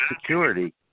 security